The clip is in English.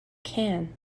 can